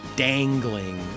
dangling